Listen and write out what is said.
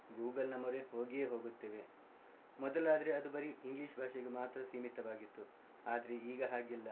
ಗೂಗಲ್ನ ಮೊರೆ ಹೋಗಿಯೇ ಹೋಗುತ್ತೇವೆ ಮೊದಲಾದರೆ ಅದು ಬರೀ ಇಂಗ್ಲೀಷ್ ಭಾಷೆಗೆ ಮಾತ್ರ ಸೀಮಿತವಾಗಿತ್ತು ಆದರೆ ಈಗ ಹಾಗಿಲ್ಲ